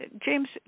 James